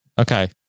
Okay